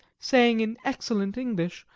saying in excellent english,